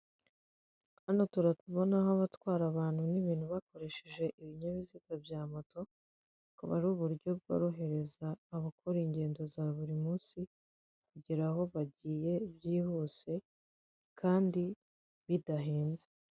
Hano tuarabonaho abatwara abantu n'ibintu bakoresheje ibinyabiziga bya moto bukaba ari uburyo bworohereza abakora ingendo za buri munsi kugera aho bagiye byihuse kandi bidahenze.